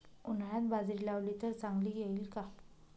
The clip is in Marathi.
उन्हाळ्यात बाजरी लावली तर चांगली येईल का?